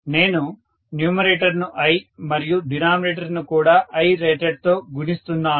నేను న్యూమరేటర్ను I' మరియు డినామినేటర్ ను కూడా Irated తో గుణిస్తున్నాను